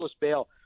bail